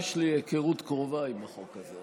יש לי היכרות קרובה עם החוק הזה.